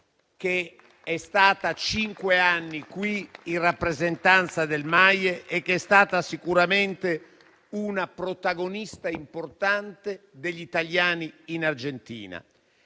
che è stata qui cinque anni in rappresentanza del Maie e che è stata sicuramente una protagonista importante degli italiani in Argentina.